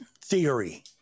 theory